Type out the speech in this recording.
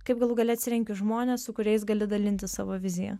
kaip galų gale atsirenki žmones su kuriais gali dalintis savo vizija